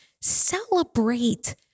celebrate